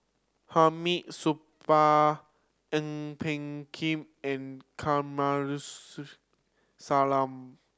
Hamid Supaat Ang Peng Tiam and Kamsari Salam